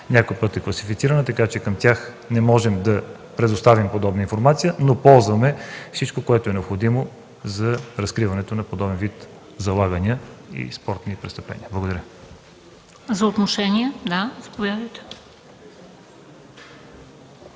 някой път е класифицирана, така че не можем да предоставим подобна информация, но ползваме всичко, което е необходимо за разкриването на подобен вид залагания и спортни престъпления. Благодаря Ви.